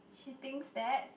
she thinks that